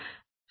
25 గా ఉంటుంది